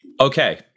Okay